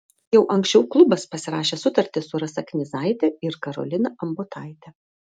jau anksčiau klubas pasirašė sutartis su rasa knyzaite ir karolina ambotaite